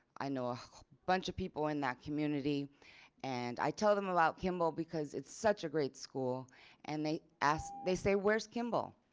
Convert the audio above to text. i know a bunch of people in that community and i told them about kimball because it's such a great school and they asked they say where's kimball?